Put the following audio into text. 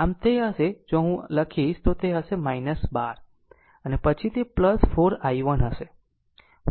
આમ તે હશે જો હું અહીં લખીશ તો તે હશે 12 પછી તે 4 i1 હશે